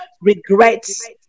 regrets